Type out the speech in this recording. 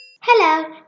Hello